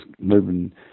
moving